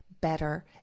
better